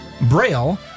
Braille